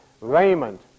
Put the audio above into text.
raiment